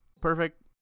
perfect